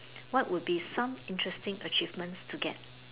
what would be some interesting achievements to get